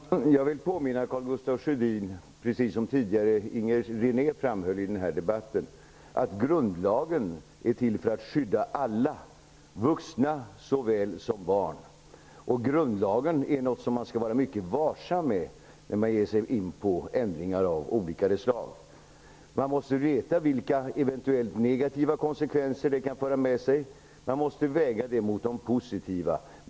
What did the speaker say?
Herr talman! Jag vill påminna Karl Gustaf Sjödin om att grundlagen, precis som tidigare Inger René framhöll, är till för att skydda alla, vuxna såväl som barn. Grundlagen är någonting som man skall vara mycket varsam med när det gäller ändringar av olika slag. Man måste veta vilka eventuellt negativa konsekvenser det kan föra med sig. Man måste väga dem mot de positiva.